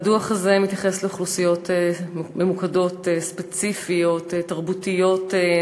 הדוח הזה מתייחס לאוכלוסיות ממוקדות ספציפיות תרבותיות,